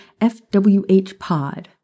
FWHPOD